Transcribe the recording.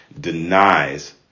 denies